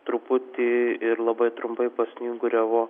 truputį ir labai trumpai pasnyguriavo